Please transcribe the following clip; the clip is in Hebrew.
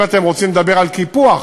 אם אתם רוצים לדבר על קיפוח,